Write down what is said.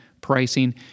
pricing